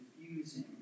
confusing